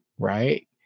Right